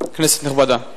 כנסת נכבדה,